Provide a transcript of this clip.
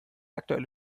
aktuelle